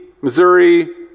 Missouri